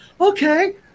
okay